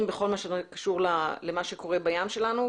בכול מה שקשור למה שקורה בים שלנו,